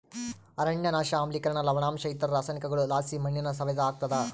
ಅರಣ್ಯನಾಶ ಆಮ್ಲಿಕರಣ ಲವಣಾಂಶ ಇತರ ರಾಸಾಯನಿಕಗುಳುಲಾಸಿ ಮಣ್ಣಿನ ಸವೆತ ಆಗ್ತಾದ